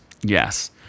Yes